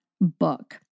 book